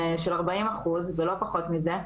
של 40 אחוז ולא פחות מזה,